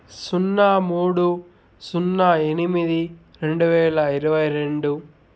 సున్నా మూడు సున్నా ఎనిమిది రెండువేల ఇరవై రెండు